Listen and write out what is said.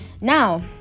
now